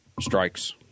strikes